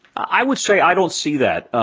i would say, i don't see that.